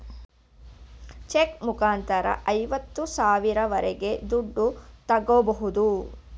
check ಮುಖಾಂತರ ಐವತ್ತು ಸಾವಿರದವರೆಗೆ ದುಡ್ಡು ತಾಗೋಬೋದು